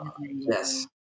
Yes